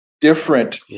different